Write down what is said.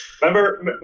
Remember